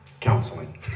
counseling